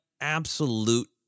absolute